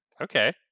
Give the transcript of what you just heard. Okay